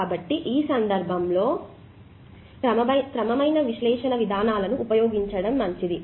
కాబట్టి ఈ సందర్భంలో క్రమమైన విశ్లేషణ విధానాలు ఉపయోగించడం మంచిది